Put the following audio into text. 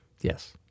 yes